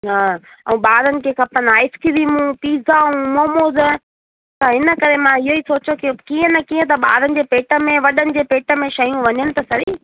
हा ऐं ॿारनि खे खपनि आइस्क्रीमूं पिज़्ज़ाऊं मोमोज त इन करे मां इहो ई सोचो की कीअं न कीअं त ॿारनि जे पेट में वॾनि जे पेट में शयूं वञनि त सहीं